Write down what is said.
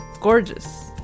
gorgeous